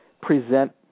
present